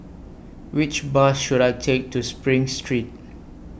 Which Bus should I Take to SPRING Street